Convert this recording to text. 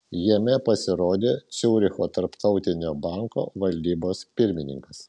jame pasirodė ciuricho tarptautinio banko valdybos pirmininkas